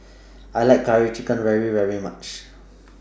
I like Curry Chicken very much